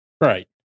right